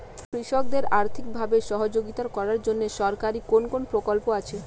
কৃষকদের আর্থিকভাবে সহযোগিতা করার জন্য সরকারি কোন কোন প্রকল্প আছে?